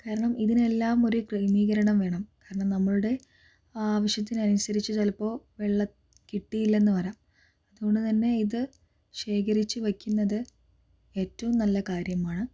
കാരണം ഇതിനെല്ലാം ഒര് ക്രമീകരണം വേണം കാരണം നമ്മളുടെ ആവശ്യത്തിനനുസരിച്ച് ചിലപ്പോൾ വെള്ളം കിട്ടിയില്ലെന്നു വരാം അതുകൊണ്ടുതന്നെ ഇത് ശേഖരിച്ചു വയ്ക്കുന്നത് ഏറ്റവും നല്ല കാര്യമാണ്